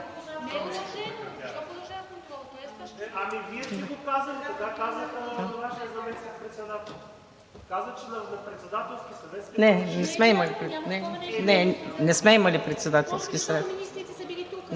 Не, не сме имали Председателски съвет.